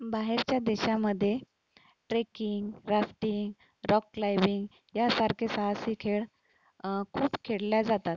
बाहेरच्या देशामध्ये trekking rafting rock climbing यासारखे साहसी खेळ खूप खेळले जातात